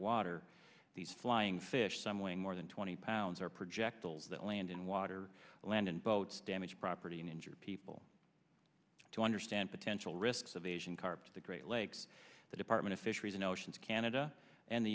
water these flying fish some weighing more than twenty pounds or projectiles that land in water and land in boats damaged property and injure people to understand potential risks of asian carp to the great lakes the department of fisheries and oceans canada and the